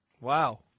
Wow